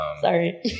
Sorry